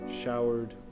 showered